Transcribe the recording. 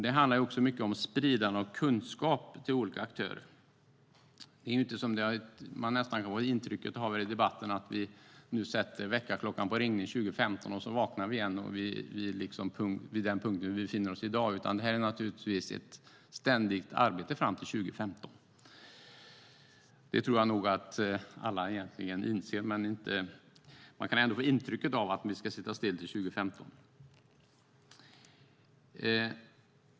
Det handlar också om spridande av kunskap till olika aktörer. Av debatten kan man nästan få intrycket att vi nu sätter väckarklockan på ringning år 2015 och så vaknar vi och är vid den punkt där vi befinner oss i dag. Det är naturligtvis ett ständigt arbete fram till 2015. Det tror jag nog att alla inser, men man kan ändå få intrycket att vi ska sitta still till 2015.